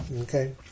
Okay